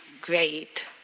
great